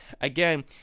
Again